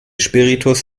spiritus